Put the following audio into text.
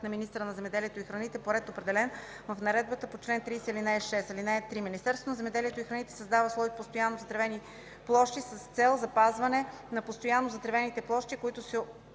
на министъра на земеделието и храните по ред, определен в наредбата по чл. 30, ал. 6. (3) Министерството на земеделието и храните създава слой „Постоянно затревени площи” с цел запазване на постоянно затревените площи, който се